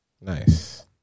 Nice